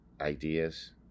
ideas